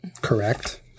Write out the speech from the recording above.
Correct